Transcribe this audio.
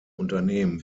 unternehmen